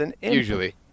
Usually